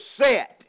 set